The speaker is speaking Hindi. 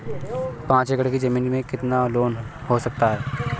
पाँच एकड़ की ज़मीन में कितना लोन हो सकता है?